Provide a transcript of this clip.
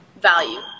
value